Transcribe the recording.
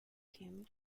him